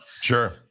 Sure